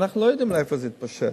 אנחנו לא יודעים לאיפה זה יתפשט.